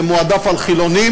זה מועדף על חילונים,